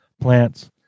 plants